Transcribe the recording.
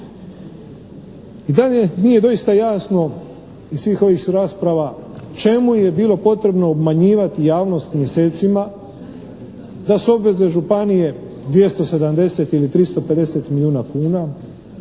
I dalje nije doista jasno iz svih ovih rasprava čemu je bilo potrebno obmanjivati javnost mjesecima da su obveze županije 270 ili 350 milijuna kuna